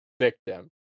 victim